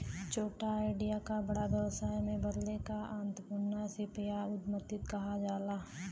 छोटा आईडिया क बड़ा व्यवसाय में बदले क आंत्रप्रनूरशिप या उद्दमिता कहल जाला